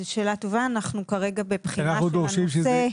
זו שאלה טובה, אנחנו כרגע בבחינה של הנושא.